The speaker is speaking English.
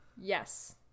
Yes